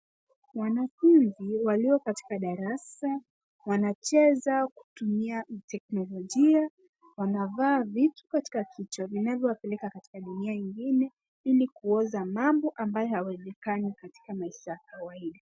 Wanafunzi walio katika darasa wanacheza kutumia teknolojia. Wanavaa vitu katika vichwa vinavyowapeleka katika dunia ingine ili kuoza mambo ambayo hayawezekani katika maisha ya kawaida.